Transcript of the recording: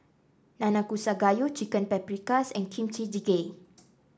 Nanakusa Gayu Chicken Paprikas and Kimchi Jjigae